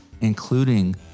including